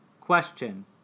Question